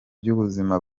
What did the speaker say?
by’ubuzima